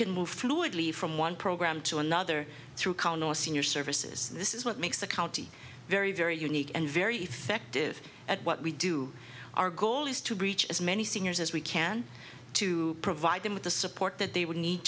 can move fluidly from one program to another through countless senior services and this is what makes the county very very unique and very effective at what we do our goal is to reach as many seniors as we can to provide them with the support that they would need